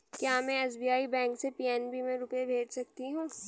क्या में SBI bank से पी.एन.बी में रुपये भेज सकती हूँ?